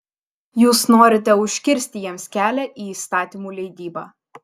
jūs norite užkirsti jiems kelią į įstatymų leidybą